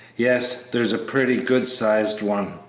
yes, there's a pretty good-sized one,